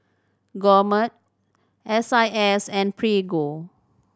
Gourmet S I S and Prego